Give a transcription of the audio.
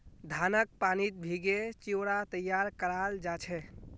धानक पानीत भिगे चिवड़ा तैयार कराल जा छे